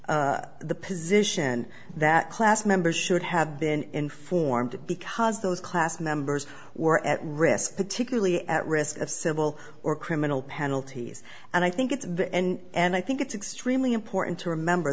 the position that class members should have been informed because those class members were at risk particularly at risk of civil or criminal penalties and i think it's the end and i think it's extremely important to remember